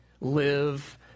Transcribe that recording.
Live